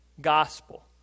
gospel